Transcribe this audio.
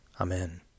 Amen